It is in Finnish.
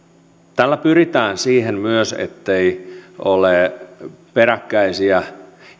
tällä pyritään myös siihen ettei ole peräkkäisiä